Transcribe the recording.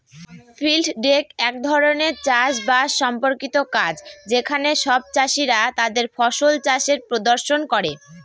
field day এক ধরনের চাষ বাস সম্পর্কিত কাজ যেখানে সব চাষীরা তাদের ফসল চাষের প্রদর্শন করে